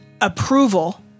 approval